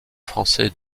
français